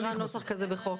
לא מכירה נוסח כזה בחוק.